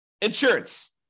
insurance